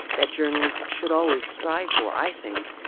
that journalists should always strive for, i think,